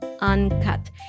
uncut